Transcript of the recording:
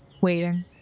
waiting